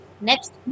Next